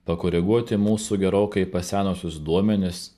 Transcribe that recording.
pakoreguoti mūsų gerokai pasenusius duomenis